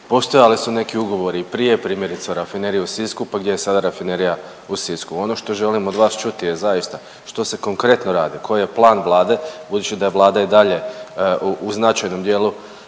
Postojali su neki ugovori i prije, primjerice u Rafineriji u Sisku, pa gdje je sada Rafinerija u Sisku? Ono što želim od vas čuti je zaista što se konkretno radi, koji je plan Vlade budući da je Vlada i dalje u značajnom dijelu